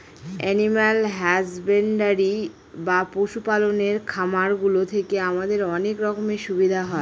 animal husbandry বা পশু পালনের খামার গুলো থেকে আমাদের অনেক রকমের সুবিধা হয়